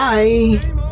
Bye